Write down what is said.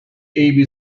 abby